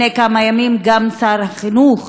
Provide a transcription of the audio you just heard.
לפני כמה ימים נודע לנו שגם שר החינוך